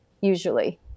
usually